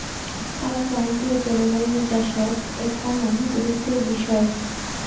আর ক্রান্তীয় জলবায়ুর দ্যাশত এ্যাকনা গুরুত্বের বিষয়